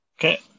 Okay